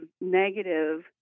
negative